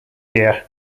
dear